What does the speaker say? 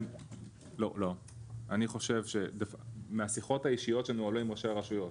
אני חושב שמהשיחות האישיות שנוהלו עם ראשי הרשויות